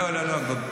לא, לא.